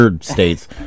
states